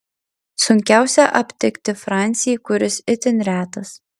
sunkiausia aptikti francį kuris itin retas